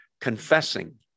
confessing